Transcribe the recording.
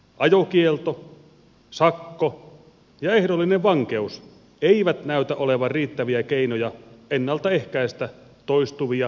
ajokielto sakko ja ehdollinen vankeus eivät näytä olevan riittäviä keinoja ennalta ehkäistä toistuvia rattijuopumuksia